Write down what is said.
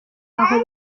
aho